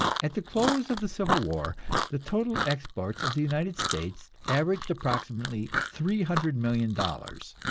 at the close of the civil war the total exports of the united states averaged approximately three hundred million dollars,